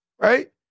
Right